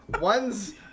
One's